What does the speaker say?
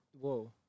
Whoa